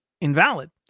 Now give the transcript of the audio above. invalid